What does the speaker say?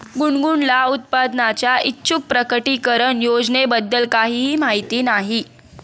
गुनगुनला उत्पन्नाच्या ऐच्छिक प्रकटीकरण योजनेबद्दल काहीही माहिती नाही